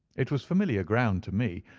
it was familiar ground to me,